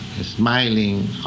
smiling